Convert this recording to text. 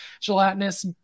gelatinous